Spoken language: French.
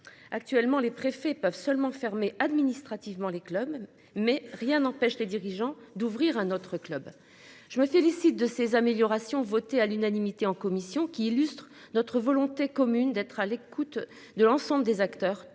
Actuellement, les préfets peuvent seulement fermé administrativement les clubs mais rien n'empêche les dirigeants d'ouvrir un autre club. Je me félicite de ces améliorations voté à l'unanimité en commission qui illustre notre volonté commune d'être à l'écoute de l'ensemble des acteurs,